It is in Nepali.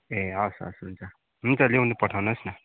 ए हस् हस् हुन्छ हुन्छ ल्याउनु पठाउनुहोस् न